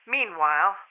Meanwhile